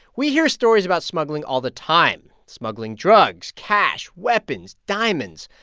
we hear stories about smuggling all the time smuggling drugs, cash, weapons, diamonds.